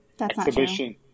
exhibition